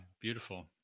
beautiful